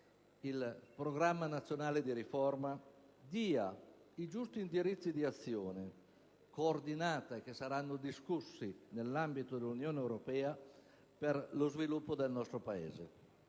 il Programma nazionale di riforma dia i giusti indirizzi di azione coordinata, che saranno discussi nell'ambito dell'Unione europea, per lo sviluppo del nostro Paese.